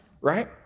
right